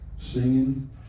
singing